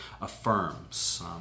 affirms